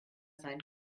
sein